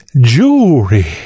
jewelry